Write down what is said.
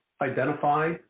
identify